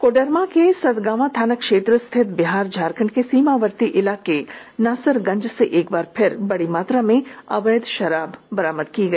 कोडरमा के सतगावां थाना क्षेत्र स्थित बिहार झारखंड के सीमावर्ती इलाके नासरगंज से एक बार फिर बड़ी मात्रा में अवैध शराब बरामद किया गया